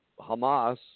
Hamas